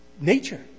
nature